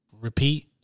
repeat